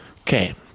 Okay